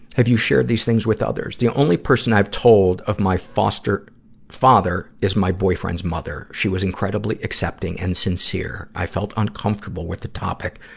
have you shared these things with others? the only person i've told of my foster father is my boyfriend's mother. she was incredibly accepting and sincere. i felt uncomfortable with the topic,